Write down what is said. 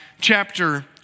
chapter